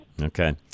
Okay